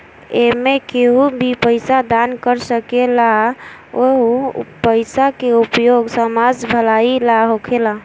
एमें केहू भी पइसा दान कर सकेला आ उ पइसा के उपयोग समाज भलाई ला होखेला